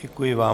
Děkuji vám.